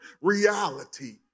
reality